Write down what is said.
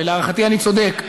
ולהערכתי אני צודק,